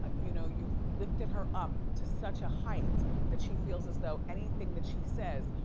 ah you know you've lifted her up to such a height that she feels as though anything that she says,